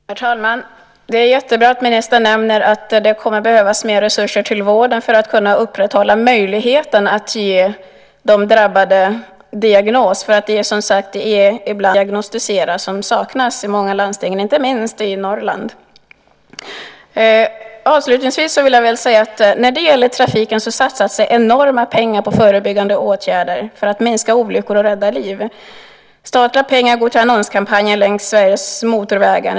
Herr talman! Det är jättebra att ministern nämner att det kommer att behövas mer resurser till vården för att kunna upprätthålla möjligheten att ge de drabbade diagnos. Som sagt är det i många landsting apparaterna för att diagnostisera som saknas, inte minst i Norrland. Avslutningsvis vill jag säga att när det gäller trafiken satsas det enorma pengar på förebyggande åtgärder för att minska olyckor och rädda liv. Statliga pengar går till annonskampanjer längs Sveriges motorvägar.